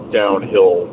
downhill